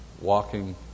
Walking